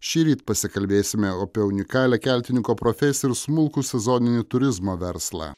šįryt pasikalbėsime apie unikalią keltininko profesiją ir smulkų sezoninį turizmo verslą